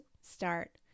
start